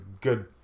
good